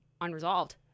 Unresolved